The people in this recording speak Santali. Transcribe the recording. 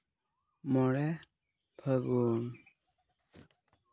ᱢᱚᱬᱮ ᱯᱷᱟᱹᱜᱩᱱ